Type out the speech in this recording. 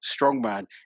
Strongman